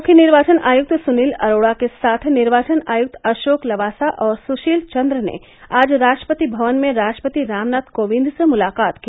मुख्य निर्वाचन आयुक्त सुनील अरोड़ा के साथ निर्वाचन आयुक्त अशोक लवासा और सुशील चन्द्र ने आज राष्ट्रपति भवन में राष्ट्रपति रामनाथ कोविंद से मुलाकात की